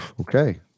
Okay